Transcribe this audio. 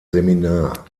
seminar